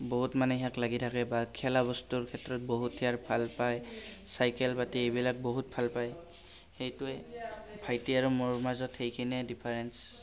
বহুত মানে সিয়াক লাগি থাকে বা খেলা বস্তুৰ ক্ষেত্ৰত বহুত সিয়াৰ ভাল পায় চাইকেল পাতি এইবিলাক বহুত ভাল পায় সেইটোৱে ভাইটি আৰু মোৰ মাজত সেইখিনিয়ে ডিফাৰেন্স